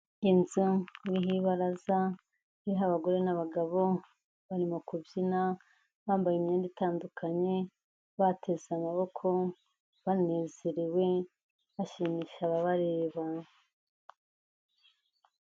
Inzu iriho ibaraza ririho abagore n'abagabo, barimo kubyina bambaye imyenda itandukanye, bateze amaboko, banezerewe, bashimisha ababareba.